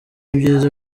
ibyiza